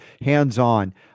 hands-on